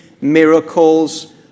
miracles